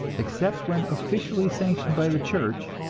except when officially sanctioned by the church,